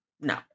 No